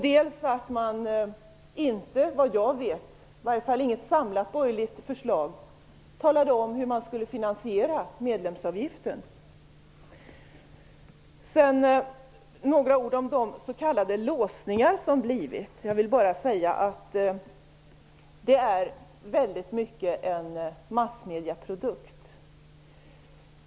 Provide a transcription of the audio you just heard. Det fanns inte heller såvitt jag vet något samlat borgerligt förslag där man talade om hur man skall finansiera medlemsavgiften. Så några ord om de "låsningar" som har uppstått. Jag vill bara säga att det till stor del är en massmedieprodukt.